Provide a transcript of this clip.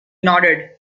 nodded